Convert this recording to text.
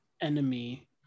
enemy